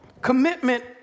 commitment